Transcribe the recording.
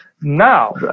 Now